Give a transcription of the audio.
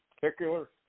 particular